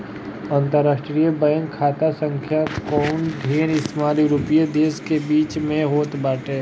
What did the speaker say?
अंतरराष्ट्रीय बैंक खाता संख्या कअ ढेर इस्तेमाल यूरोपीय देस के बीच में होत बाटे